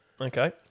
Okay